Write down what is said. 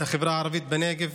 החברה הערבית בנגב,